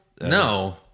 No